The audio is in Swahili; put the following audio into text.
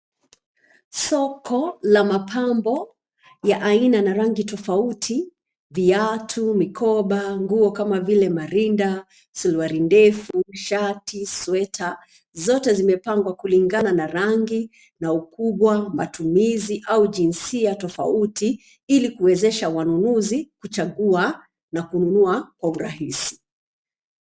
Soko la mapambo, ya aina na rangi tofauti viatu, mikoba, nguo kama vile marinda, suruali ndefu, shati, sweta, zote zimepangwa kulingana na rangi, na ukubwa, matumizi, au jinsia tofauti, ili kuwezesha wanunuzi kuchagua na kununua kwa urahisi.